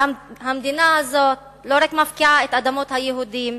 והמדינה הזאת לא רק מפקיעה את אדמות היהודים,